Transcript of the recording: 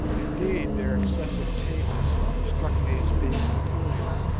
indeed, their excessive tameness struck me as being peculiar.